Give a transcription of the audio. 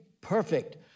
perfect